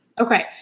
Okay